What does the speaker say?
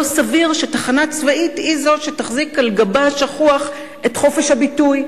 לא סביר שתחנה צבאית היא זו שתחזיק על גבה השחוח את חופש הביטוי,